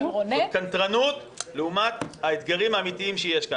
זו קנטרנות לעומת האתגרים האמיתיים שיש לנו.